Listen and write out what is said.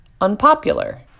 unpopular